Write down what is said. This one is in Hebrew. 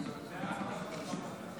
נתקבלו.